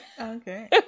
Okay